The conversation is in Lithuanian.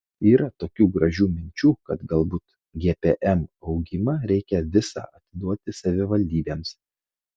yra tokių gražių minčių kad galbūt gpm augimą reikia visą atiduoti savivaldybėms